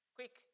Quick